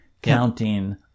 counting